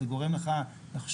זה גורם לך לחשוב,